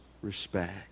respect